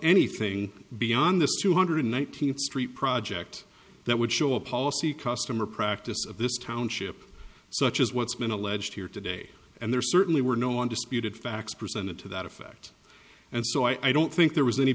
anything beyond the two hundred nineteenth street project that would show a policy customer practice of this township such as what's been alleged here today and there certainly were no undisputed facts presented to that effect and so i don't think there was any